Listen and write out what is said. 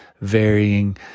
varying